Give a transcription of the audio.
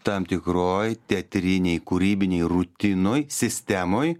tam tikroj teatrinėj kūrybinėj rutinoj sistemoj